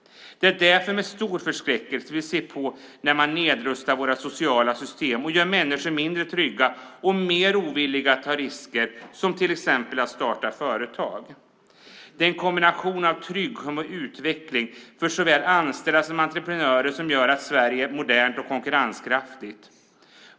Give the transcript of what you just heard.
Det är därför med stor förskräckelse vi ser på när man nedrustar våra sociala system och gör människor mindre trygga och mer ovilliga att ta risker, till exempel att starta företag. Det är en kombination av trygghet och utveckling för såväl anställda som entreprenörer som gör Sverige modernt och konkurrenskraftigt.